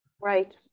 right